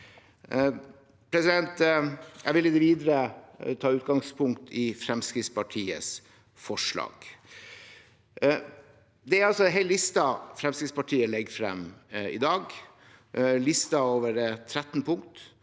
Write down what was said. komiteen. Jeg vil i det videre ta utgangspunkt i Fremskrittspartiets forslag. Det er altså en hel liste Fremskrittspartiet legger frem i dag. Listen har 13 punkter.